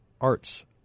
arts